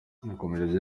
yarakomeje